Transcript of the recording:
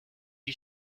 you